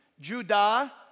Judah